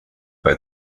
bei